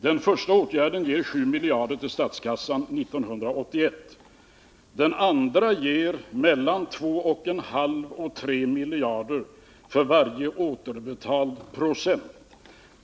Den första åtgärden ger 7 miljarder till statskassan 1981. Den andra ger 2,5-3 miljarder för varje återbetald procent.